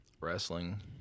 wrestling